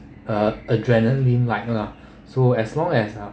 uh adrenaline right lah so as long as uh